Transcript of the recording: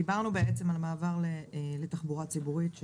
דיברנו על מעבר לתחבורה ציבורית,